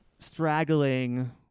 Straggling